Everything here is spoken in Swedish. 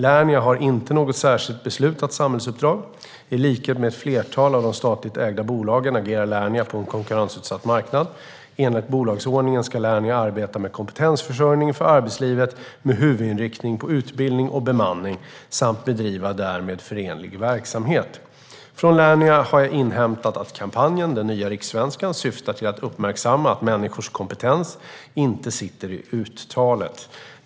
Lernia har inte något särskilt beslutat samhällsuppdrag. I likhet med ett flertal av de statligt ägda bolagen agerar Lernia på en konkurrensutsatt marknad. Enligt bolagsordningen ska Lernia arbeta med kompetensförsörjning för arbetslivet, med huvudinriktning på utbildning och bemanning, samt bedriva därmed förenlig verksamhet. Från Lernia har jag inhämtat att kampanjen Den nya rikssvenskan syftar till att uppmärksamma att människors kompetens inte sitter i uttalet.